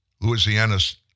Louisiana's